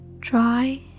Try